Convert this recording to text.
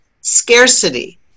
scarcity